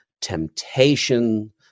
temptation